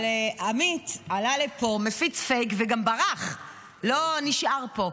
אבל עמית עלה לפה, הפיץ פייק וגם ברח, לא נשאר פה.